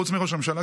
חוץ מראש הממשלה,